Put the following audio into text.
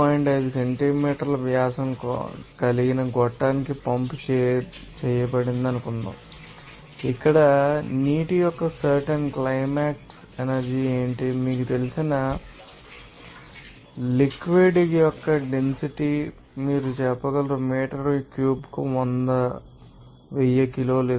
5 సెంటీమీటర్ల వ్యాసం కలిగిన గొట్టానికి పంప్ చేయబడిందని అనుకుందాం ఇక్కడ నీటి యొక్క సర్టెన్ కైనెటిక్ ఎనర్జీ ఏమిటి మీకు తెలిసిన లిక్విడ్ ం యొక్క డెన్సిటీ మీరు చెప్పగలరు మీటర్ క్యూబ్కు 1000 కిలోలు ఇస్తారు